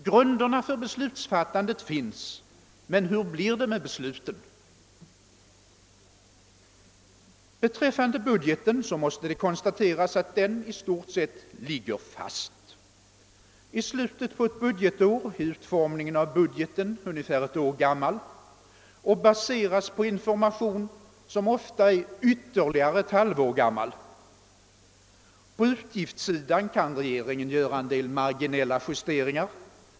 Grunderna för beslutsfattandet finns men hur blir det med besluten? Beträffande budgeten måste det konstateras att den i stort sett ligger fast. I slutet av ett budgetår är utformningen av budgeten ungefär ett år gammal och baserad på information som ofta är ytterligare ett halvår gammal. På utgiftssidan kan regeringen göra en del marginella justeringar.